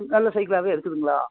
நல்ல சைக்கிளாகவே இருக்குதுங்களா